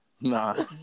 Nah